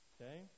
Okay